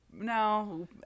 no